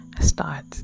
start